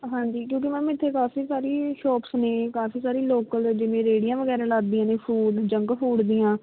ਹਾਂਜੀ ਕਿਉਂਕਿ ਮੈਮ ਇੱਥੇ ਕਾਫ਼ੀ ਸਾਰੀ ਸ਼ੋਪਸ ਨੇ ਕਾਫ਼ੀ ਸਾਰੀ ਲੋਕਲ ਜਿਵੇਂ ਰੇਹੜੀਆਂ ਵਗੈਰਾ ਲੱਗਦੀਆਂ ਨੇ ਫੂਡ ਜੰਕ ਫੂਡ ਦੀਆਂ